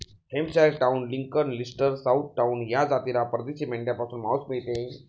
Hampshire town, Lincoln, Leicester, south town या जातीला परदेशी मेंढ्यांपासून मांस मिळते